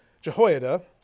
Jehoiada